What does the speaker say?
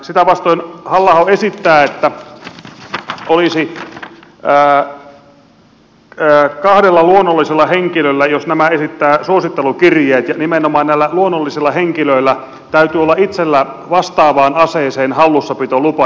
sitä vastoin halla aho esittää että hankkimislupa voidaan antaa kahdelle luonnolliselle henkilölle jos tämä esittää suosittelukirjeet ja nimenomaan näillä luonnollisilla henkilöillä täytyy olla itsellään vastaavaan aseeseen hallussapitolupa